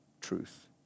truth